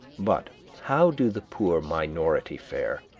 but how do the poor minority fare?